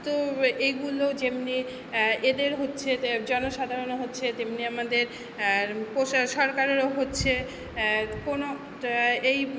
তো এগুলো যেমনি এদের হচ্ছে জনসাধারণের হচ্ছে তেমনি আমাদের সরকারেরও হচ্ছে কোনো এই য